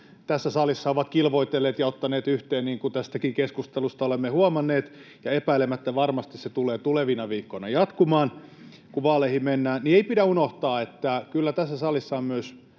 tässä salissa ovat kilvoitelleet ja ottaneet yhteen, niin kuin tästäkin keskustelusta olemme huomanneet, ja epäilemättä varmasti se tulee tulevina viikkoina jatkumaan, kun vaaleihin mennään, niin ei pidä unohtaa, että kyllä tässä salissa on myös